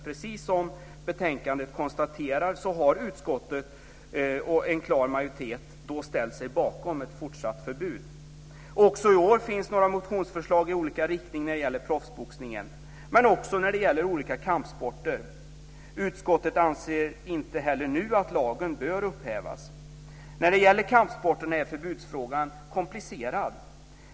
Precis som man konstaterar i betänkandet har utskottet och en klar majoritet då ställt sig bakom ett fortsatt förbud. Också i år finns det några motionsförslag i olika riktningar när det gäller proffsboxningen men också när det gäller olika kampsporter. Utskottet anser inte heller nu att lagen bör upphävas. När det gäller kampsporterna är förbudsfrågan komplicerad.